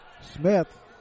Smith